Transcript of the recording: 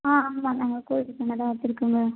ஆ ஆமா நாங்கள் கோழி பண்ணை தான் வச்சிருக்கோங்க